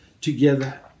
together